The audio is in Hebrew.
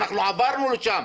אנחנו עברנו לשם.